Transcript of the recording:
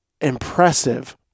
impressive